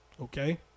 okay